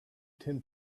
tim